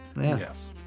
Yes